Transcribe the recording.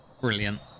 Brilliant